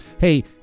Hey